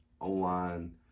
online